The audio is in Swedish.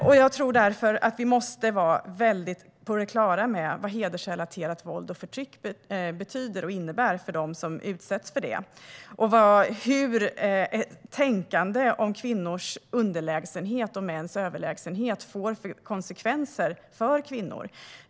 Därför tror jag att vi måste vara helt på det klara med vad hedersrelaterat våld och förtryck betyder och innebär för dem som utsätts för det, och vilka konsekvenser tänkandet om kvinnors underlägsenhet och mäns överlägsenhet får för kvinnor.